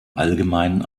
allgemeinen